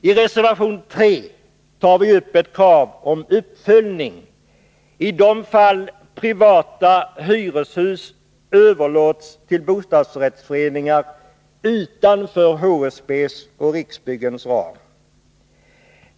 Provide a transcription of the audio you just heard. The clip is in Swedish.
I reservation 3 tar vi upp ett krav om uppföljning i de fall privata hyreshus överlåts till bostadsrättsföreningar utanför HSB:s och Riksbyggens ram.